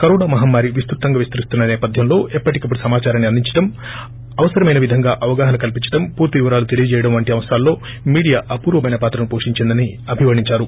corona మహమ్మారి విస్తుతంగా విస్తరిస్తున్న సేపథ్యంలో ఎప్పటికప్పుడు సమాచారాన్ని అందించడం అవసరమైన విధంగా అవగాహన కల్సించడం పూర్తి వివరాలు తెలియజేయటం వంటి అంశాల్లో మీడియా అపూర్వమైన పాత్రను పోషించిందని అభివర్లించారు